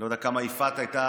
אני לא יודע עד כמה יפעת הייתה,